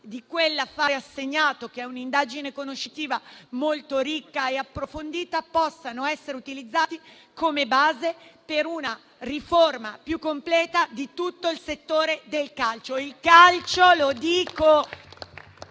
di quell'affare assegnato, che è un'indagine conoscitiva molto ricca e approfondita, possano essere utilizzati come base per una riforma più completa di tutto il settore del calcio. Dico